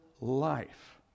life